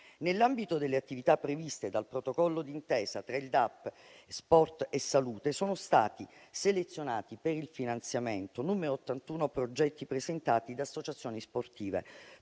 Nell'ambito delle attività previste dal protocollo d'intesa tra il DAP e Sport e salute, sono stati selezionati per il finanziamento 81 progetti presentati da associazioni sportive